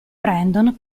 brandon